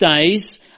days